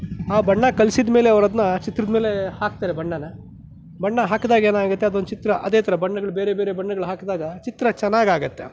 ಆ ಬಣ್ಣ ಕಲಸಿದ ಮೇಲೆ ಅವರು ಅದನ್ನ ಚಿತ್ರದ ಮೇಲೆ ಹಾಕ್ತಾರೆ ಬಣ್ಣನ ಬಣ್ಣ ಹಾಕಿದಾಗ ಏನಾಗುತ್ತೆ ಅದು ಒಂದು ಚಿತ್ರ ಅದೇ ಥರ ಬಣ್ಣಗಳು ಬೇರೆ ಬೇರೆ ಬಣ್ಣಗಳು ಹಾಕಿದಾಗ ಚಿತ್ರ ಚೆನ್ನಾಗಿ ಆಗುತ್ತೆ